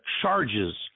charges